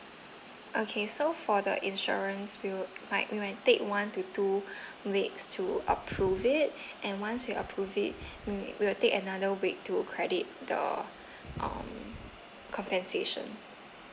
okay so for the insurance we will like we will take one to two weeks to approve it and once we approved it mm we will take another week to credit the um compensation